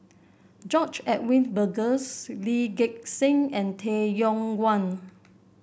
George Edwin Bogaars Lee Gek Seng and Tay Yong Kwang